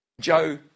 Joe